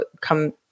come